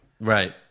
Right